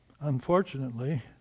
Unfortunately